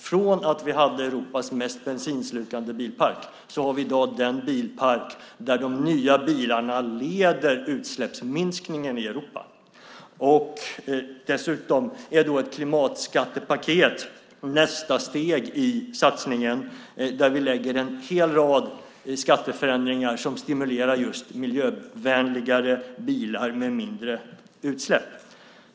Från att vi hade Europas mest bensinslukande bensinpark har vi i dag den bilpark där de nya bilarna leder utsläppsminskningen i Europa. Dessutom är ett klimatskattepaket nästa steg i satsningen där vi lägger en hel rad skatteförändringar som stimulerar just miljövänligare bilar med mindre utsläpp.